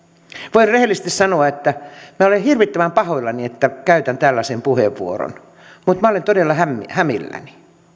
voin rehellisesti sanoa että minä olen hirvittävän pahoillani että käytän tällaisen puheenvuoron mutta minä olen todella hämilläni hämilläni